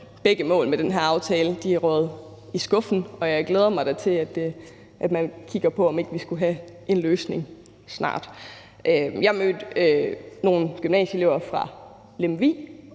begge mål med den her aftale er røget i skuffen. Og jeg glæder mig da til, at man kigger på, om ikke vi skulle have en løsning snart. Jeg mødte nogle gymnasieelever fra Lemvig,